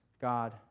God